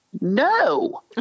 no